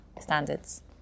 standards